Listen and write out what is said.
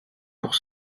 pour